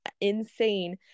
insane